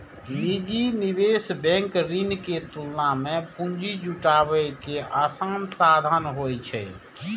निजी निवेश बैंक ऋण के तुलना मे पूंजी जुटाबै के आसान साधन होइ छै